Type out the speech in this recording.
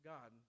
God